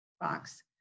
box